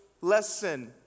lesson